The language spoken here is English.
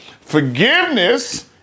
Forgiveness